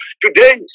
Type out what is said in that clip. today